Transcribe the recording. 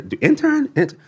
intern